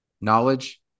knowledge